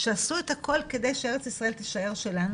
שעשו את הכול כדי שארץ ישראל תישאר שלנו